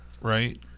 right